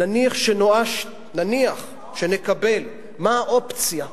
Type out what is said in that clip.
נניח שנואשת, נניח שנקבל, מה האופציה,